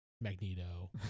Magneto